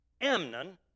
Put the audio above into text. Amnon